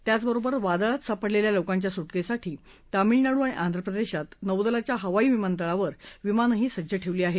त्याचबरोबर वादळात सापडलेल्या लोकांच्या सुटकेसाठी तामिळनाडू आणि आंध्रप्रदेशात नौदलाच्या हवाई विमानतळावर विमानंही सज्ज ठेवली आहेत